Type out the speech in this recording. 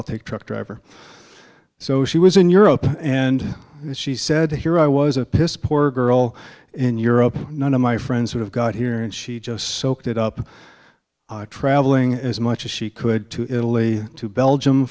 i'll take truck driver so she was in europe and she said here i was a piss poor girl in europe none of my friends would have got here and she just soaked it up travelling as much as she could to italy to belgium